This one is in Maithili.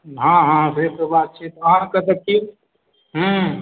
हँ हँ भेट होबाक छै तऽ अहाँके तऽ की हुँ